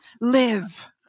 live